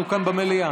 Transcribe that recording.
אנחנו כאן במליאה.